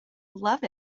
love